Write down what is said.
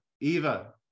Eva